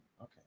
Okay